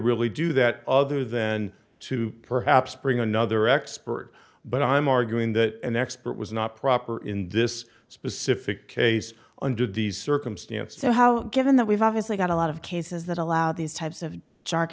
really do that other then to perhaps bring another expert but i'm arguing that an expert was not proper in this specific case under these circumstances so how given that we've obviously got a lot of cases that allow these types of char